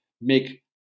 make